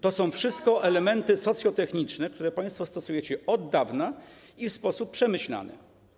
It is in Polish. To są wszystko elementy socjotechniczne, które państwo stosujecie od dawna w sposób przemyślany.